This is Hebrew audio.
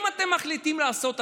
אם אתם מחליטים לעשות,